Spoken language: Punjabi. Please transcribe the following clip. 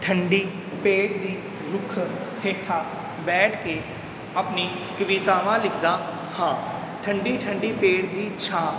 ਠੰਡੀ ਪੇੜ ਦੀ ਰੁੱਖ ਹੇਠਾਂ ਬੈਠ ਕੇ ਆਪਣੀ ਕਵਿਤਾਵਾਂ ਲਿਖਦਾ ਹਾਂ ਠੰਡੀ ਠੰਡੀ ਪੇੜ ਦੀ ਛਾਂ